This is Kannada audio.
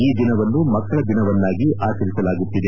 ಈ ದಿನವನ್ನು ಮಕ್ಕಳ ದಿನವನ್ನಾಗಿ ಆಚರಿಸಲಾಗುತ್ತಿದೆ